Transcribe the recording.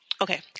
Okay